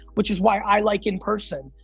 which is why i like in-person,